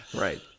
Right